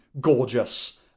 gorgeous